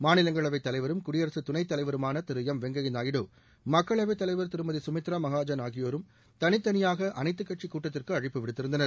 மாநிலங்களவைத்தலைவரும் குடியரகத் துணைத்தலைவருமான திரு எம் வெங்கையா நாயுடு மக்களவை தலைவர் திருமதி சுமித்ரா மஹாஜன் ஆகியோரும் தனித்தனியாக அனைத்து கட்சி கூட்டத்திற்கு அழைப்பு விடுத்திருந்தனர்